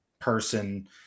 person